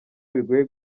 bigoye